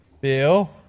Bill